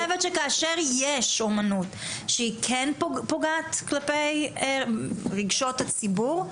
ואני חושבת שכאשר יש אומנות שהיא כן פוגעת כלפי רגשות הציבור,